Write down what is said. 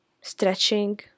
stretching